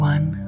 One